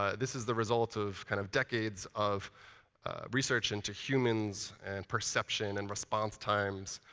ah this is the result of kind of decades of research into humans and perception and response times.